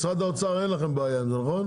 משרד האוצר, אין לכם בעיה עם זה, נכון?